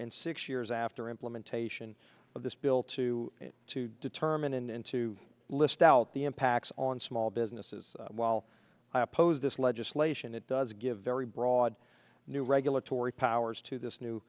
and six years after implementation of this bill to to determine and to list out the impacts on small businesses while i oppose this legislation it does give very broad new regulatory powers to this new